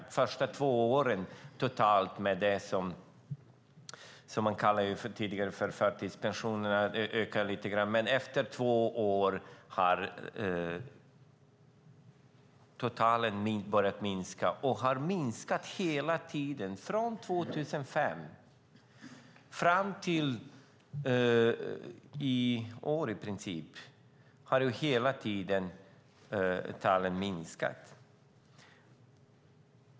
De första två åren ökade det som man tidigare kallade för förtidspensionerna lite grann, men efter två år började sjuktalen att minska. De har minskat hela tiden från 2005 och i princip fram till i år.